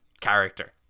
character